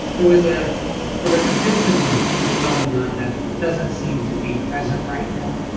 there was ah there was a system going on that doesn't seem to be present right now,